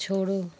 छोड़ो